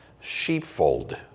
sheepfold